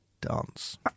dance